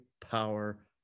power